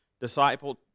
disciple